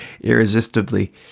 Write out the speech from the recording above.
irresistibly